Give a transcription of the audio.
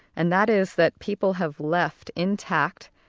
and that is that people have left intact,